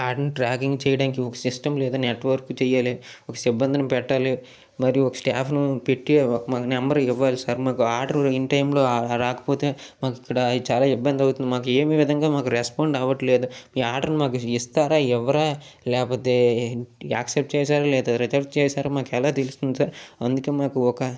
order tracking చేయటానికి ఒక system లేదా నెట్ వర్క్ చెయ్యాలి ఒక సిబ్బందిని పెట్టాలి మరియు ఒక స్టాప్ ను పెట్టి ఒక నంబరు ఇవ్వాలి సార్ మాకు ఆర్డర్ ఇన్ టైమ్ లో రాకపోతే మాకిక్కడ చాలా ఇబ్బంది అవుతుంది మాకు ఎమ్ విధంగా రెస్పాండ్ అవట్లేదు ఈ ఆర్డర్ ను మాకు ఇస్తారా ఇవ్వరా లేకపోతే యాక్సప్ట్ చేశారో లేదా రిజెక్ట్ చేశారో మాకెలా తెలుస్తుంది సార్ అందుకే మాకు ఒక